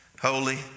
holy